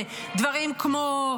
דברים כמו: